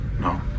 No